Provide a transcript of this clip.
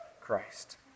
Christ